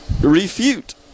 refute